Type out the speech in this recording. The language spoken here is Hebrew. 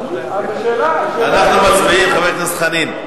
אז השאלה, אנחנו מצביעים, חבר הכנסת חנין.